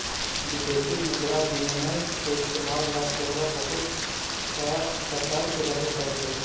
विदेशी मुद्रा विनिमय के इस्तेमाल ला तोहरा बहुत ससतर्क रहे पड़तो